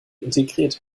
integriert